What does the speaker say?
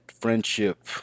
friendship